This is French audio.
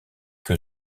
que